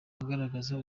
agaragaza